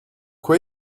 where